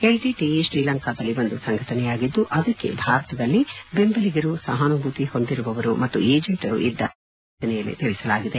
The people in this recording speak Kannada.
ಎಲ್ಟಟಇ ಶ್ರೀಲಂಕಾದಲ್ಲಿ ಒಂದು ಸಂಘಟನೆಯಾಗಿದ್ದು ಅದಕ್ಕೆ ಭಾರತದಲ್ಲಿ ಬೆಂಬಲಿಗರು ಸಹಾನುಭೂತಿ ಹೊಂದಿರುವವರು ಮತ್ತು ಏಜೆಂಟರು ಇದ್ದಾರೆ ಎಂದು ಅಧಿಸೂಚನೆಯಲ್ಲಿ ತಿಳಿಸಲಾಗಿದೆ